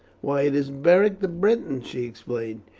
why, it is beric the briton! she exclaimed.